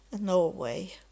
Norway